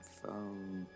Phone